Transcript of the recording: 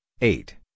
eight